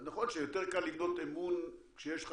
אז נכון שיותר קל לבנות אמון כשיש לך